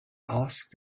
asked